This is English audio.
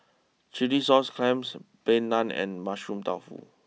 Chilli Sauce Clams Plain Naan and Mushroom Tofu